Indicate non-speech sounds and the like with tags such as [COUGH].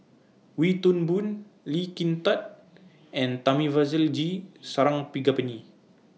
Wee Toon Boon Lee Kin Tat [NOISE] and Thamizhavel G Sarangapani